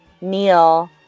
Neil